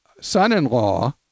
son-in-law